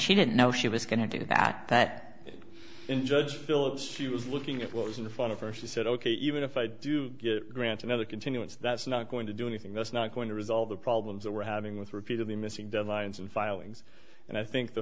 she didn't know she was going to do that that in judge phillips she was looking at what was in the front of her she said ok even if i do grant another continuance that's not going to do anything that's not going to resolve the problems that we're having with repeatedly missing deadlines and filings and i think the